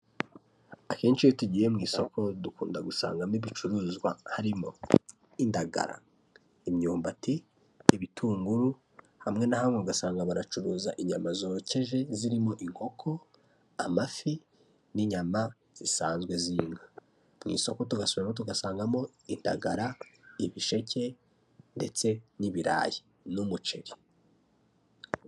Akenshi iyo tugiye mu isoko dukunda gusangamo ibicuruzwa. Harimo indagara, imyumbati, ibitunguru, hamwe na hamwe ugasanga baracuruza inyama zokeje zirimo inkoko, amafi, n'inyama zisanzwe z'inka. Mu isoko tugasubirayo tugasangamo indagara, ibisheke ndetse n'ibirayi n'umuceri.